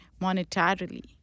monetarily